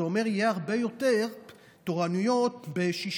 זה אומר יהיו הרבה יותר תורנויות בשישי-שבת,